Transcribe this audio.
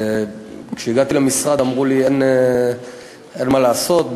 כשהגעתי למשרד אמרו לי: אין מה לעשות,